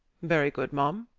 very good, m'm.